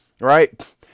right